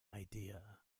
idea